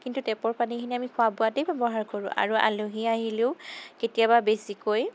কিন্তু টেপৰ পানীখিনি আমি খোৱা বোৱাতে ব্যৱহাৰ কৰোঁ আৰু আলহী আহিলেও কেতিয়াবা বেছিকৈ